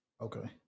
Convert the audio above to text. okay